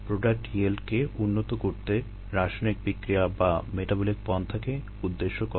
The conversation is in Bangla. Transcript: প্রোডাক্ট ইয়েল্ডকে উন্নত করতে রাসায়নিক বিক্রিয়া বা মেটাবলিক পন্থাকে উদ্দেশ্য করা হয়